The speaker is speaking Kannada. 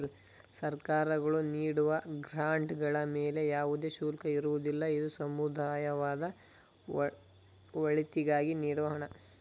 ಸರ್ಕಾರಗಳು ನೀಡುವ ಗ್ರಾಂಡ್ ಗಳ ಮೇಲೆ ಯಾವುದೇ ಶುಲ್ಕ ಇರುವುದಿಲ್ಲ, ಇದು ಸಮುದಾಯದ ಒಳಿತಿಗಾಗಿ ನೀಡುವ ಹಣ